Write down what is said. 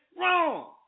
wrong